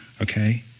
okay